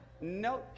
No